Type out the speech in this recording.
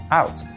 out